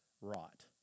rot